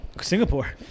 Singapore